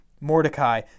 Mordecai